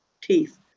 teeth